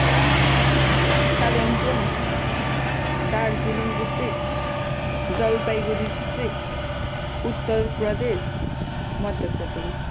Kalimpong Darjeeling district Jalpaiguri district Uttar Pradesh Madhya Pradesh